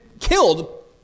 killed